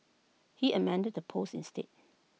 he amended the post instead